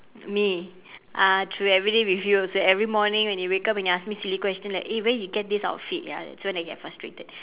me uh through everyday with you also every morning when you wake up and you ask me silly question like eh where you get this outfit ya that's when I get frustrated